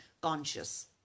conscious